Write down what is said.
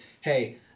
hey